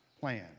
plan